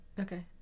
Okay